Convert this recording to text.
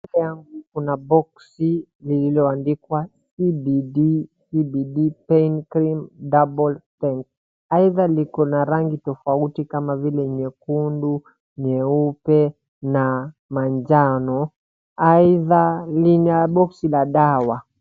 Mbele yangu kuna boksi lililoandikwa CBD pain Cream double strength aidha liko rangi tofauti kama vile nyekundu, nyeupe na majano. Aidha lina boksi la dawa.